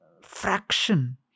fraction